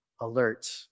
alert